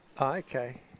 Okay